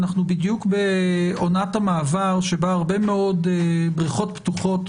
אנחנו בדיוק בעונת המעבר שבה הרבה מאוד בריכות פתוחות,